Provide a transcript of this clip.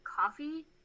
coffee